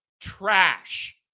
trash